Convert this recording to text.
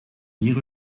vier